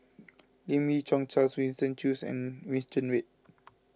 Lim Yi Yong Charles Winston Choos and